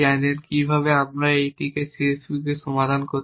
কিভাবে আমরা একটি C S P সমাধান করতে পারি